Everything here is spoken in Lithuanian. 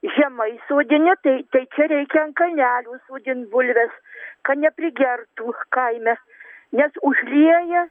žemai sodini tai tai čia reikia ant kalnelių sodint bulves kad neprigertų kaime nes užlieja